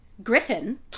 Griffin